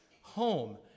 home